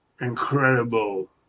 incredible